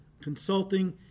consulting